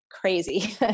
crazy